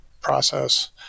process